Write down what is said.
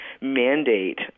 mandate